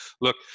look